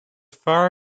far